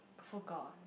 I forgot